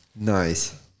Nice